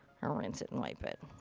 i'll rinse it and wipe it.